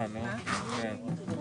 להגיד שהמהלך הזה,